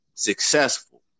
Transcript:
successful